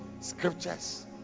scriptures